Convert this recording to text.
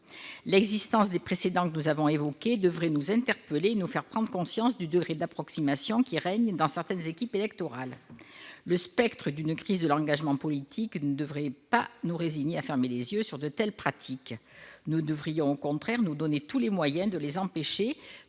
L'existence des précédents que nous avons évoqués devrait nous interpeller et nous faire prendre conscience du degré d'approximation qui règne dans certaines équipes électorales. Le spectre d'une crise de l'engagement politique ne devrait pas nous conduire à nous résigner à fermer les yeux sur de telles pratiques. Nous devrions, au contraire, nous donner tous les moyens de les empêcher